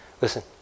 Listen